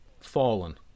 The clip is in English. fallen